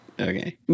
Okay